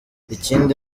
ikindi